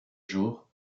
jour